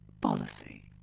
policy